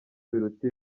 biruta